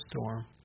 storm